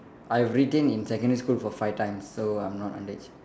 I've retained in secondary school for five times so I'm not underaged